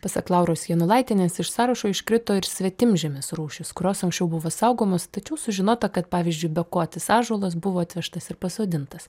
pasak lauros janulaitienės iš sąrašo iškrito ir svetimžemės rūšys kurios anksčiau buvo saugomos tačiau sužinota kad pavyzdžiui bekotis ąžuolas buvo atvežtas ir pasodintas